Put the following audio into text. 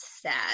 sad